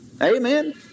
Amen